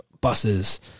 Buses